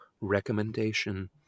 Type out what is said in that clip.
recommendation